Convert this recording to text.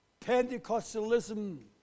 Pentecostalism